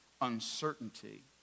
uncertainty